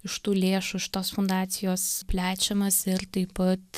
iš tų lėšų iš tos fundacijos plečiamas ir taip pat